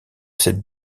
cette